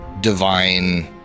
divine